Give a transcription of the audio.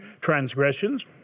transgressions